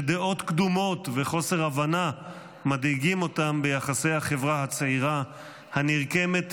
שדעות קדומות וחוסר הבנה מדאיגים אותם ביחסי החברה הצעירה הנרקמת,